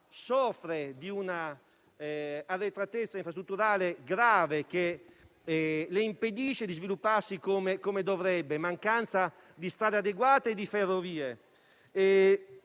soffre di un'arretratezza infrastrutturale grave che le impedisce di svilupparsi come dovrebbe per mancanza di strade adeguate e di ferrovie.